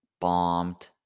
bombed